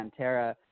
Pantera